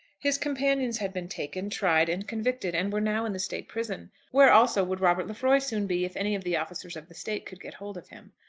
his companions had been taken, tried, and convicted, and were now in the state prison where also would robert lefroy soon be if any of the officers of the state could get hold of him.